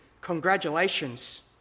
congratulations